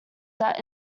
that